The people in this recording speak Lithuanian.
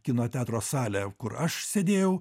kino teatro salę kur aš sėdėjau